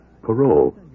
parole